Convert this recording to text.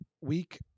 week